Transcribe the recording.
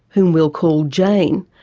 whom we'll call jane,